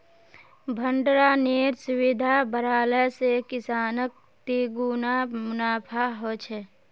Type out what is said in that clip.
भण्डरानेर सुविधा बढ़ाले से किसानक तिगुना मुनाफा ह छे